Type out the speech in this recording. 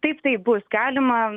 taip taip bus galima